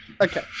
okay